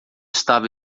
estava